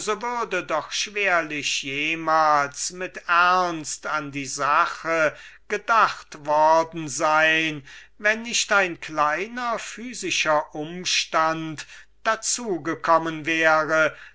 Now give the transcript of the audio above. würde doch schwerlich jemals mit ernst daran gedacht worden sein wenn nicht ein kleiner physikalischer umstand dazu gekommen wäre